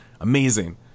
Amazing